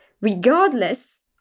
regardless